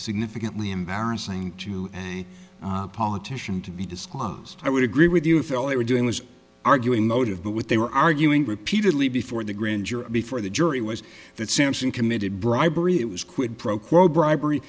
significantly embarrassing to a politician to be disclosed i would agree with you until they were doing was arguing motive but what they were arguing repeatedly before the grand jury before the jury was that simpson committed bribery it was quid pro quo bribery